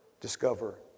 discover